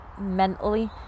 mentally